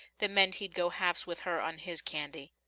that meant he'd go halves with her on his candy.